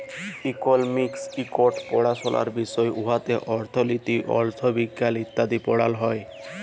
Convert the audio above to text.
economics ইকট পাড়াশলার বিষয় উয়াতে অথ্থলিতি, অথ্থবিজ্ঞাল ইত্যাদি পড়াল হ্যয়